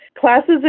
Classes